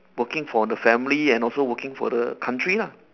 working for the family and also working for the country lah